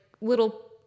little